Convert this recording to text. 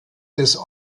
des